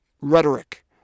rhetoric